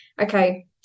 okay